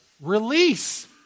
release